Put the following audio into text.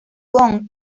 kong